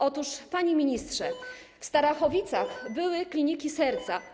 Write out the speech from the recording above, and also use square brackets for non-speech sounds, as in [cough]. Otóż, panie ministrze, [noise] w Starachowicach były kliniki serca.